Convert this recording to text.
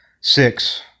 Six